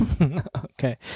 Okay